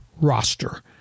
roster